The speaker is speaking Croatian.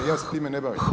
Ja se s time ne bavim.